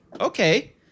okay